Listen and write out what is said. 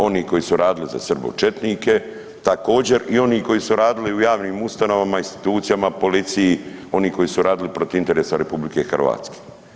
Oni koji su radili za srbočetnike, također i oni koji su radili u javnim ustanovama, institucijama, policiji, oni koji su radili protiv interesa RH.